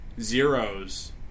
Zero's